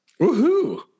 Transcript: woohoo